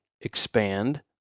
expand